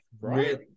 right